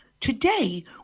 Today